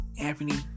Anthony